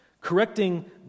correcting